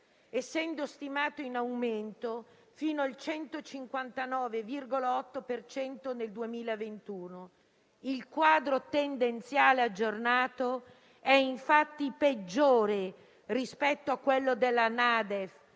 essendo stimato in aumento fino al 159,8 per cento nel 2021. Il quadro tendenziale aggiornato è infatti peggiore rispetto a quello della NADEF